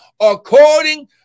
according